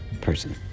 person